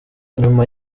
nyuma